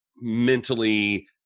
mentally